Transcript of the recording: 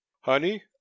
honey